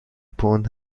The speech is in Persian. پوند